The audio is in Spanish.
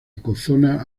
ecozona